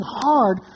hard